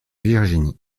virginie